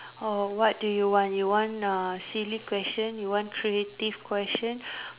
oh what do you want you want a silly question you want creative question